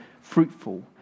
fruitful